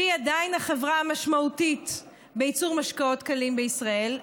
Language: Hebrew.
שהיא עדיין החברה המשמעותית בייצור משקאות קלים בישראל,